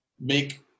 make